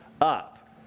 up